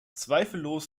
zweifellos